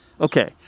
Okay